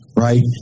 Right